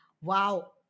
Wow